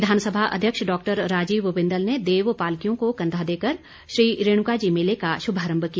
विधानसभा अध्यक्ष डॉक्टर राजीव बिंदल ने देव पालकियों को कंधा देकर श्री रेणुका जी मेले का श्भारंभ किया